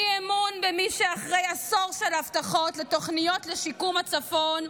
אי-אמון במי שאחרי עשור של הבטחות לתוכניות לשיקום הצפון,